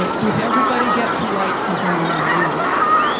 ah does everybody get to write his own rules?